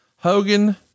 Hogan